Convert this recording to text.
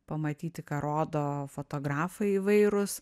pamatyti ką rodo fotografai įvairūs